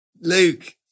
Luke